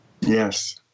Yes